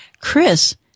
Chris